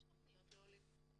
יש תכנית לעולים.